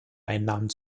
einnahmen